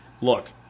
Look